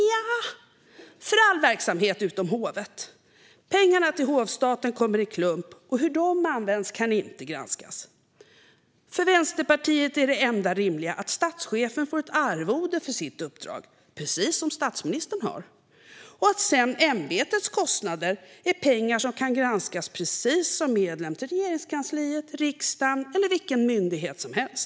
Nja, så är det för all verksamhet utom för hovet. Pengarna till hovstaten kommer i klump, och hur de används kan inte granskas. För Vänsterpartiet är det enda rimliga att statschefen får ett arvode för sitt uppdrag, precis som statsministern har, och att ämbetets kostnader sedan är pengar som kan granskas precis som medlen till Regeringskansliet, riksdagen eller vilken myndighet som helst.